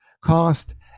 cost